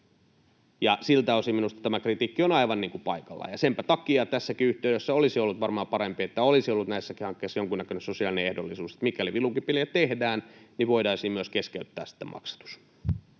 Siltä osin minusta tämä kritiikki on aivan paikallaan. Senpä takia tässäkin yhteydessä olisi ollut varmaan parempi, että olisi ollut näissäkin hankkeissa jonkunnäköinen sosiaalinen ehdollisuus: mikäli vilunkipeliä tehdään, niin voitaisiin myös keskeyttää sitten maksatus.